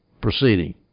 proceeding